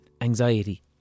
anxiety